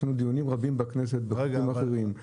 יש לנו דיונים רבים בכנסת בתחומים אחרים.